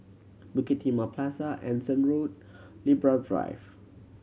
Bukit Timah Plaza Anson Road Libra Drive